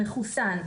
מחוסן,